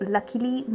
Luckily